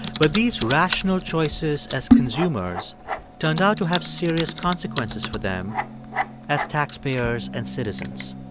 but these rational choices as consumers turned out to have serious consequences for them as taxpayers and citizens.